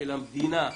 של המדינה,